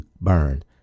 burn